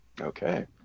Okay